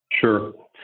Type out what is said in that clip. Sure